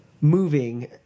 moving